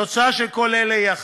התוצאה של כל אלה היא אחת,